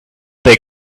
they